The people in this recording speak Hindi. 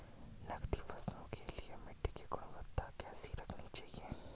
नकदी फसलों के लिए मिट्टी की गुणवत्ता कैसी रखनी चाहिए?